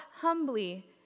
humbly